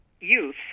youth